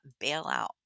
bailout